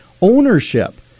ownership